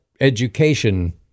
education